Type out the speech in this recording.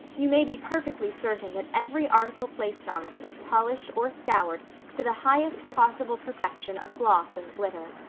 you may be perfectly certain that every article placed on it was polished or scoured to the highest possible perfection of gloss and glitter.